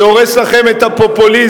זה הורס לכם את הפופוליזם,